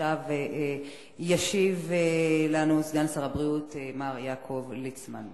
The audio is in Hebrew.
עכשיו ישיב לנו סגן שר הבריאות, מר יעקב ליצמן.